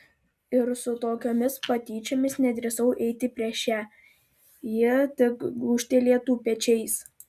ir su tokiomis patyčiomis nedrįsau eiti prieš ją ji tik gūžtelėtų pečiais